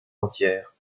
entière